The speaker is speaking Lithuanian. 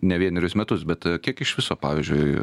ne vienerius metus bet kiek iš viso pavyzdžiui